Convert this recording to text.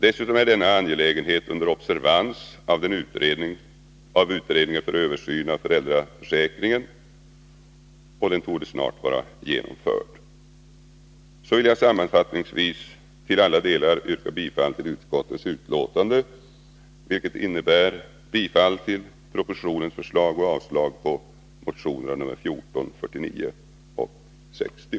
Dessutom är denna angelägenhet under observans av utredningen för översyn av föräldraförsäkringen, och den torde snart vara genomförd. Avslutningsvis vill jag yrka bifall till utskottets hemställan på samtliga punkter, vilket innebär bifall till propositionens förslag och avslag på motionerna 14, 49 och 60.